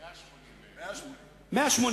180, מאיר.